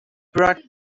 brought